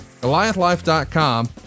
Goliathlife.com